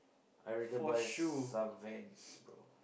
I rather buy some Vans bro